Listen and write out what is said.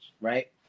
right